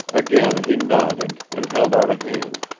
again he nodded, and held out a hand.